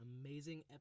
amazing